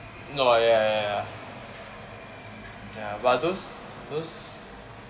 no ya ya ya ya ya but those those